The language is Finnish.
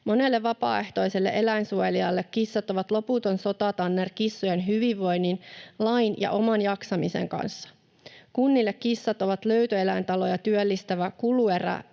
Monelle vapaaehtoiselle eläinsuojelijalle kissat ovat loputon sotatanner kissojen hyvinvoinnin, lain ja oman jaksamisen kanssa. Kunnille kissat ovat löytöeläintaloja työllistävä kuluerä,